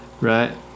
right